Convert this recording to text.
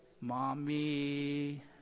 Mommy